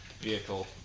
vehicle